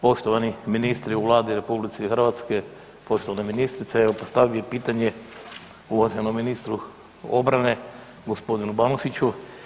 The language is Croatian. Poštovani ministri u Vladi RH, poštovane ministrice evo postavio bi pitanje uvaženom ministru obrane gospodinu Banožiću.